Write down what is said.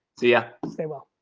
see ya. stay well.